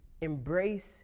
Embrace